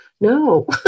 No